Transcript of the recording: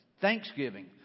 Thanksgiving